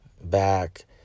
back